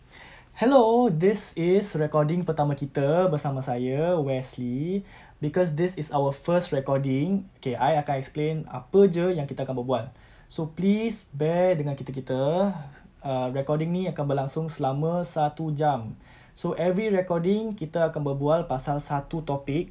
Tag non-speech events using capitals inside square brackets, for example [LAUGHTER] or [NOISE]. [NOISE] hello this is recording pertama kita bersama saya wesley because this is our first recording okay I akan explain apa jer yang kita akan berbual so please bear dengan kita kita err recording ini akan berlangsung selama satu jam so every recording kita akan berbual pasal satu topic